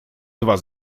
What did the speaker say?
два